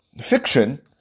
fiction